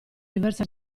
diverse